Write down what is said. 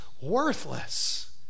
worthless